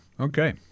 Okay